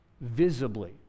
visibly